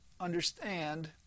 understand